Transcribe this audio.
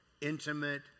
intimate